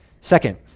second